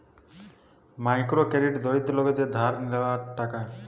micro credit দরিদ্র লোকদের ধার লেওয়া টাকা